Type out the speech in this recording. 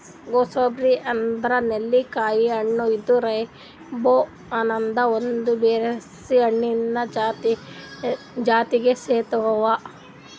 gooseberry ಅಂದುರ್ ನೆಲ್ಲಿಕಾಯಿ ಹಣ್ಣ ಇದು ರೈಬ್ಸ್ ಅನದ್ ಒಂದ್ ಬೆರೀಸ್ ಹಣ್ಣಿಂದ್ ಜಾತಿಗ್ ಸೇರ್ತಾವ್